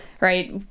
right